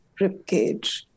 ribcage